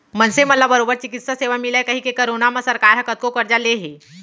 मनसे मन ला बरोबर चिकित्सा सेवा मिलय कहिके करोना म सरकार ह कतको करजा ले हे